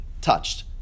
touched